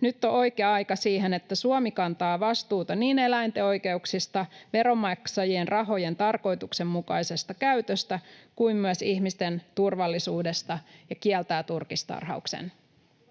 Nyt on oikea aika siihen, että Suomi kantaa vastuuta niin eläinten oikeuksista, veronmaksajien rahojen tarkoituksenmukaisesta käytöstä kuin myös ihmisten turvallisuudesta ja kieltää turkistarhauksen.